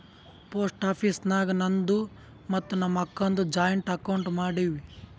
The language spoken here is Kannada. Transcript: ಪೋಸ್ಟ್ ಆಫೀಸ್ ನಾಗ್ ನಂದು ಮತ್ತ ನಮ್ ಅಕ್ಕಾದು ಜಾಯಿಂಟ್ ಅಕೌಂಟ್ ಮಾಡಿವ್